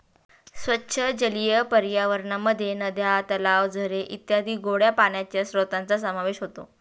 स्वच्छ जलीय पर्यावरणामध्ये नद्या, तलाव, झरे इत्यादी गोड्या पाण्याच्या स्त्रोतांचा समावेश होतो